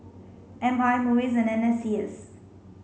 M I MUIS and N S C S